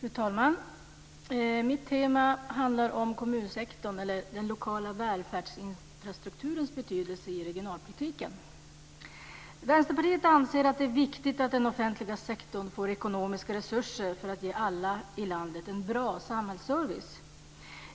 Fru talman! Mitt anförande handlar om kommunsektorn eller den lokala välfärdsinfrastrukturens betydelse i regionalpolitiken. Vänsterpartiet anser att det är viktigt att den offentliga sektorn får ekonomiska resurser för att ge alla i landet en bra samhällsservice.